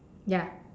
ya